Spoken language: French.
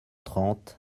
trente